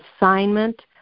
assignment